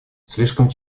слишком